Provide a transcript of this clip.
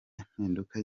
impinduka